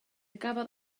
gafodd